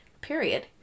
period